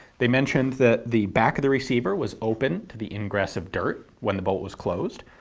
they mentioned that the back of the receiver was open to the ingress of dirt when the bolt was closed.